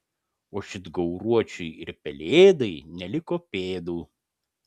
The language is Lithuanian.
o šit gauruočiui ir pelėdai neliko pėdų